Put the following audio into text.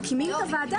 לא, מקימים את הוועדה.